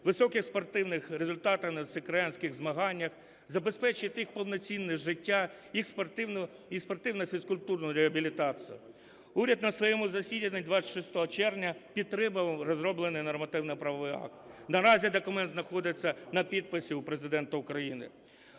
високих спортивних результатів на всеукраїнських змаганнях, забезпечують їх повноцінне життя і спортивно-фізкультурну реабілітацію. Уряд на своєму засіданні 26 червня підтримав розроблений нормативно-правовий акт. Наразі документ знаходиться на підписі у Президента України.